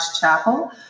chapel